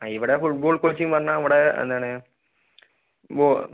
ആ ഇവിടെ football coaching എന്ന് പറഞ്ഞാൽ ഇവിടെ എന്താണ്